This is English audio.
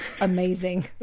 amazing